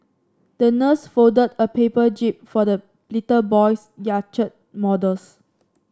the nurse folded a paper jib for the little boy's yacht models